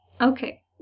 Okay